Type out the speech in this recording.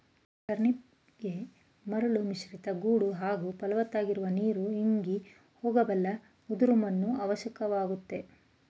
ಟರ್ನಿಪ್ಗೆ ಮರಳು ಮಿಶ್ರಿತ ಗೋಡು ಹಾಗೂ ಫಲವತ್ತಾಗಿರುವ ನೀರು ಇಂಗಿ ಹೋಗಬಲ್ಲ ಉದುರು ಮಣ್ಣು ಅವಶ್ಯಕವಾಗಯ್ತೆ